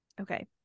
Okay